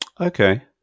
okay